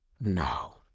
no